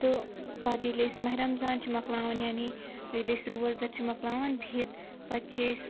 تہٕ پَتہٕ ییٚلہِ أسۍ ماہِ رمضان چھِ مۄکلاوان یعنی ییٚلہِ أسۍ روزدَر چھِ مۄکلاوان بِہِتھ پَتہٕ چھِ أسۍ